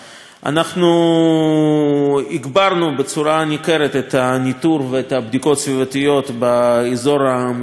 אנחנו הגברנו במידה ניכרת את הניטור ואת הבדיקות הסביבתיות באזור המפרץ,